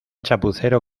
chapucero